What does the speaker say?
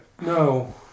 No